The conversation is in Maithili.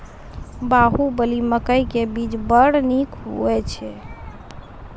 बाहुबली मकई के बीज बैर निक होई छै